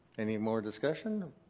anymore discussion?